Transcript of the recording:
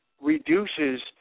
reduces